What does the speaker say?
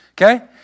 Okay